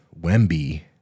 Wemby